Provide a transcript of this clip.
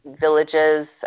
villages